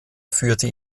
führte